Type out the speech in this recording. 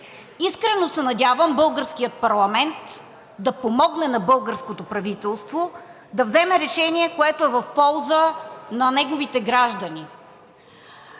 Искрено се надявам българският парламент да помогне на българското правителство да вземе решение, което е в полза на неговите граждани.